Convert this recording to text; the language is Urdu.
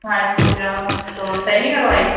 اچھا تو سہی نہیں کروائی